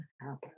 happen